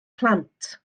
plant